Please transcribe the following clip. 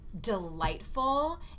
delightful